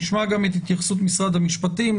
נשמע גם את התייחסות משרד המשפטים,